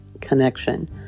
connection